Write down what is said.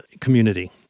community